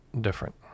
different